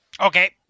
Okay